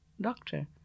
doctor